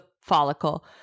follicle